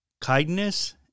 Kindness